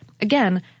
Again